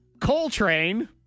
Coltrane